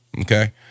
okay